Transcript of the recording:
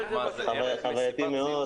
זה חווייתי מאוד.